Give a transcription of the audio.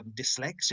dyslexia